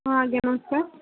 ହଁ ଆଜ୍ଞା ନମସ୍କାର